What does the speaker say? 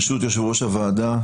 ברשות יושב-ראש הוועדה,